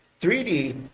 3d